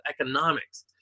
economics